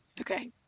Okay